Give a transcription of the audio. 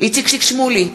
איציק שמולי,